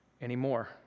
anymore